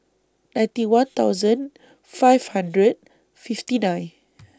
ninety one thousand five hundred fifty nine